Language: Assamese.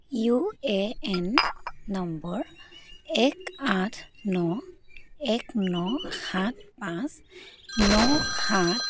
ইউ এ এন নম্বৰ এক আঠ ন এক ন সাত পাঁচ ন সাত